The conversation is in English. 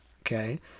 Okay